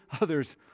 others